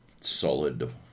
solid